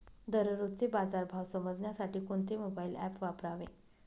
दररोजचे बाजार भाव समजण्यासाठी कोणते मोबाईल ॲप वापरावे?